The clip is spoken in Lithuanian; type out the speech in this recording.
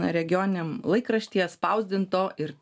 regioniniam laikraštyje spausdinto ir